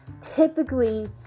typically